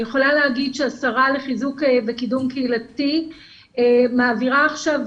אני יכולה לומר שהשרה לחיזוק וקידום קהילתי מעבירה עכשיו